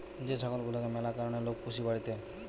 যে ছাগল গুলাকে ম্যালা কারণে লোক পুষে বাড়িতে